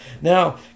Now